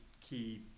key